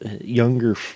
younger